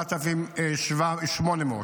4,800,